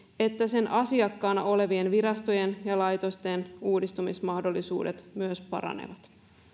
että sen asiakkaana olevien virastojen ja laitosten uudistumismahdollisuudet myös paranevat